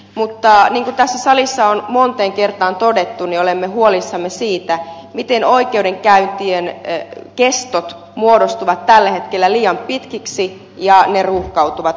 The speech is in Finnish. mutta niin kuin tässä salissa on moneen kertaan todettu niin olemme huolissamme siitä miten oikeudenkäyntien kestot muodostuvat tällä hetkellä liian pitkiksi ja ruuhkauttavat oikeuslaitokset